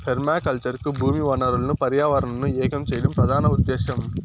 permaculture కు భూమి వనరులను పర్యావరణంను ఏకం చేయడం ప్రధాన ఉదేశ్యం